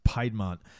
Piedmont